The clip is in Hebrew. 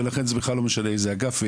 ולכן זה בכלל לא משנה איזה אגף.